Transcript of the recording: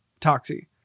Toxie